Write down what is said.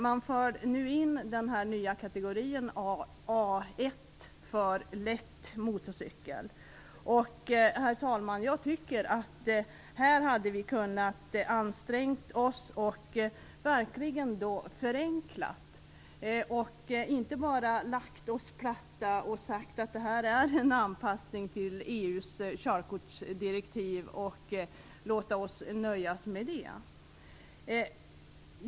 Man för nu in den nya kategorin A1 för lätt motorcykel. Jag tycker att vi här hade kunnat anstränga oss för att åstadkomma en förenkling och inte bara lagt oss platta, sagt att detta var en anpassning till EU:s körkortsdirektiv och låtit oss nöja med det.